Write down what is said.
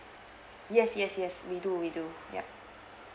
yes yes yes we do we do ya